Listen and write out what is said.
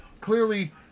Clearly